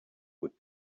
would